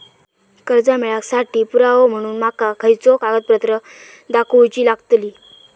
कर्जा मेळाक साठी पुरावो म्हणून माका खयचो कागदपत्र दाखवुची लागतली?